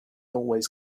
always